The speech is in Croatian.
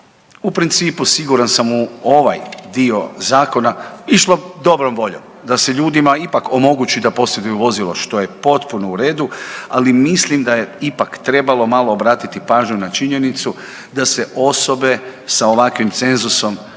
u principu siguran sam u ovaj dio zakona išlo dobrom voljom da se ljudima ipak omogući da posjeduju vozilo što je potpuno u redu, ali mislim da je ipak trebalo malo obratiti pažnju na činjenicu da se osobe sa ovakvim cenzusom